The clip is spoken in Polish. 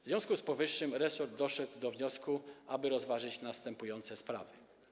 W związku z powyższym resort doszedł do wniosku, że trzeba rozważyć następujące sprawy: